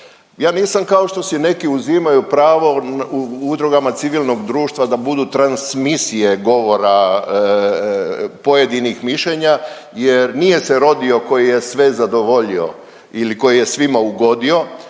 ja nisam kao što si neki uzimaju pravo u udrugama civilnog društva da budu transmisije govora pojedinih mišljenja jer nije se rodio koji je sve zadovoljio ili koji je svima ugodio,